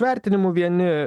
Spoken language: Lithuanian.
vertinimų vieni